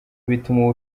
bituma